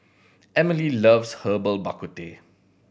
Emilie loves Herbal Bak Ku Teh